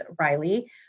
Riley